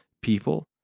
people